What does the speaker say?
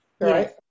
Right